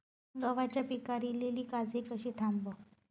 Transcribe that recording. गव्हाच्या पिकार इलीली काजळी कशी थांबव?